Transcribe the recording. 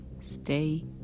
Stay